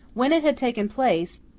when it had taken place,